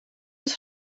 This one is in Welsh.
oes